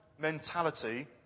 mentality